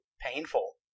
painful